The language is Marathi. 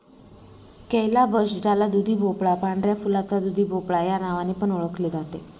कैलाबश ज्याला दुधीभोपळा, पांढऱ्या फुलाचा दुधीभोपळा या नावाने पण ओळखले जाते